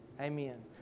Amen